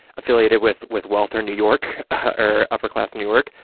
affiliated with with wealth or new york or upper-class newark,